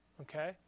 okay